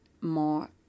more